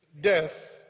death